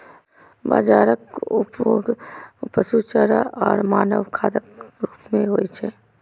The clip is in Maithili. बाजराक उपयोग पशु चारा आ मानव खाद्यक रूप मे होइ छै